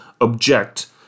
object